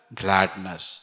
gladness